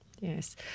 Yes